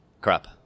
crap